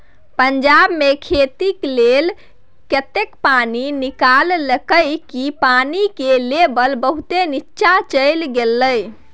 पंजाब मे खेती लेल एतेक पानि निकाललकै कि पानि केर लेभल बहुत नीच्चाँ चलि गेलै